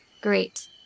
Great